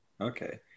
Okay